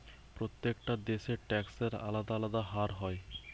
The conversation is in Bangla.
প্রত্যেকটা দেশে ট্যাক্সের আলদা আলদা হার হয়